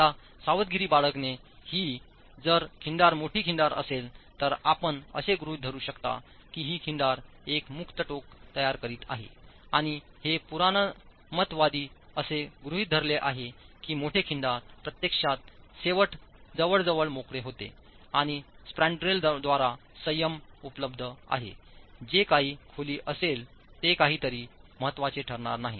आता सावधगिरी बाळगणे ही जर खिंडार मोठे खिंडार असेल तर आपण असे गृहित धरू शकता की ही खिंडार एक मुक्त टोक तयार करीत आहे आणि हे पुराणमतवादी असे गृहीत धरले आहे की मोठे खिंडार प्रत्यक्षात शेवट जवळजवळ मोकळे होते आणि स्पॅन्ड्रलद्वारे संयम उपलब्ध आहे जे काही खोली असेल ते काहीतरी महत्त्वाचे ठरणार नाही